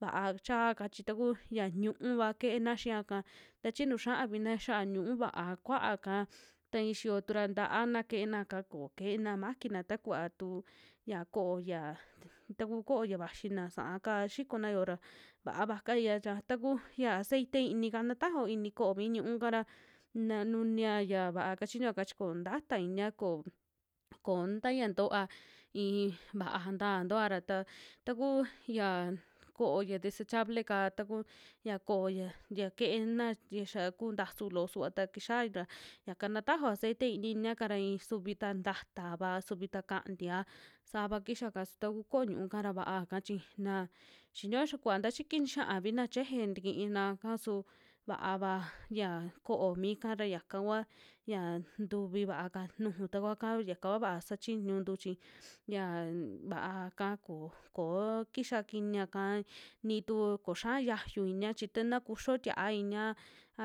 Vaa chaaka chi taku xia ñu'uva keena xiaka ta chi nu xiavina xia ñu'u vaa kuaaka ta i'i xiyotu ra, ta'ana keenaka ko keena maquina takuva tu ya ko'o ya, taku ko'o ya vaxina sa'a kaa xikona yo'ora vaa vakaia yaku ya aceite iinika na tajao ini ko'o mi ñu'uka ra na nunia ya va'a kachiñua ka chi koo ntata inia, ko ko taia ntoa i'i vaa nta toa ra ta takuu xia ko'o ya desechable'ka taku xia ko'o ya, ya keena ya xa kuu ntasu loo suva takixiau ra yaka na tajao aceite iini iniaka ra isuvita ntaatava, suvitua kantia sava kixia'ka su taku ko'o ñu'uka ra vaaka chi, na xinio yakuva tachi kiji nixiavina cheje tikina'ka su vaava ya ko'o mika ra yaka kua ya ntuvi vaaka nuju takua kao, yaka kua sachiñuntu chi yan vaaka, ko koo kixia kiniaka ni tuu ko xiaa yayu inia chi tana kuxio tia'a inia